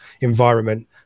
environment